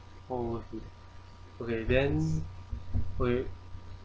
forward good okay then wait